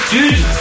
Dude